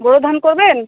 বোরো ধান করবেন